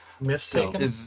Mistaken